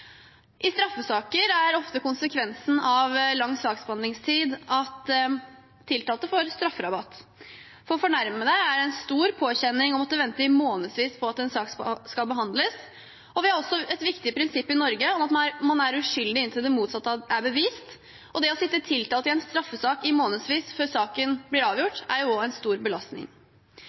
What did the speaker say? I straffesaker er ofte konsekvensen av lang saksbehandlingstid at tiltalte får strafferabatt. For fornærmede er det en stor påkjenning å måtte vente i månedsvis på at saken skal behandles. Vi har også et viktig prinsipp i Norge om at man er uskyldig inntil det motsatte er bevist. Det å sitte tiltalt i en straffesak i månedsvis før saken blir avgjort, er også en stor belastning.